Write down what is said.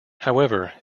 however